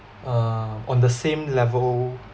uh on the same level